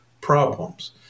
problems